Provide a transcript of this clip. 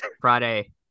Friday